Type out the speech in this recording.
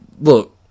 look